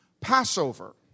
Passover